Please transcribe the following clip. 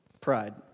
Pride